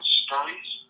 stories